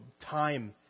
time